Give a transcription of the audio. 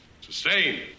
Sustain